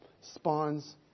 spawns